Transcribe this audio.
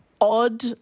odd